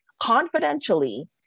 confidentially